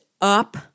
up